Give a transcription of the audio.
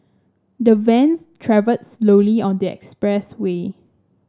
the vans travelled slowly on the expressway